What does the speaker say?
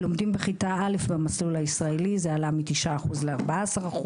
לומדים בכיתה א' במסלול הישראלי זה עלה מ-9% ל-14%.